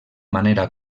manera